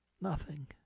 Nothing